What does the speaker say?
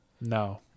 no